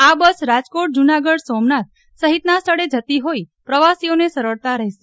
આ બસ રાજકોટ જુનાગઢ સોમનાથ સહિતના સ્થળે જતી હોઈ પ્રવાસીઓને સરળતા રહેશે